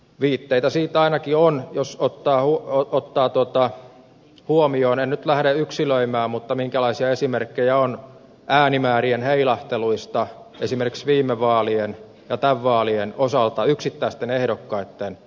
viitteitä siitä ainakin on jos ottaa huomioon en nyt lähde yksilöimään minkälaisia esimerkkejä on äänimäärien heilahteluista esimerkiksi viime vaalien ja näiden vaalien osalta yksittäisten ehdokkaitten kohdalla